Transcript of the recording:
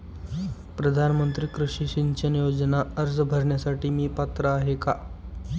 प्रधानमंत्री कृषी सिंचन योजना अर्ज भरण्यासाठी मी पात्र आहे का?